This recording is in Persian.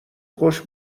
خوش